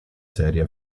serie